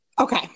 Okay